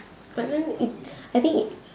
but then it I think it